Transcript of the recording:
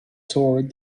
toward